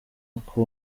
uko